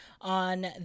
on